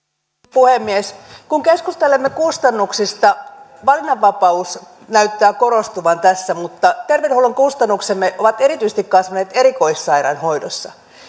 puhemies kun keskustelemme kustannuksista valinnanvapaus näyttää korostuvan tässä mutta terveydenhuollon kustannuksemme ovat erityisesti kasvaneet erikoissairaanhoidossa